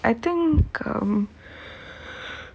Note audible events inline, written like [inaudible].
I think um [breath]